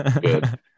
Good